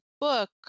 book